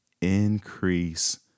increase